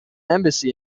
embassy